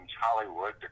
Hollywood